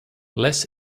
less